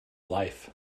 life